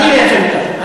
עכשיו אני מייצג אותם,